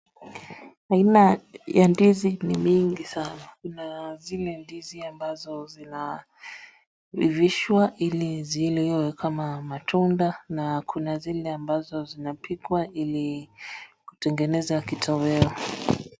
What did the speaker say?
Aina ya ndizi ni mingi sana kuna zile ndizi ambazo zinaivishwa ili ziliwe kama matunda na kuna zile ambazo zinapikwa ili kutengeneza kitoweo.